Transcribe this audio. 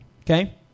okay